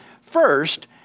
First